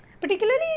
particularly